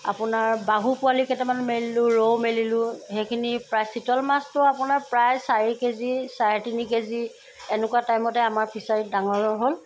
আপোনাৰ বাহু পোৱালি কেটামানো মেলিলোঁ ৰৌ মেলিলোঁ সেইখিনি প্ৰায় চিতল মাছটো আপোনাৰ প্ৰায় চাৰি কেজি চাৰে তিনি কেজি এনেকুৱা টাইমতে আমাৰ ফিচাৰীত ডাঙৰো হ'ল